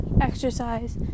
exercise